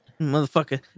Motherfucker